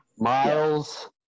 Miles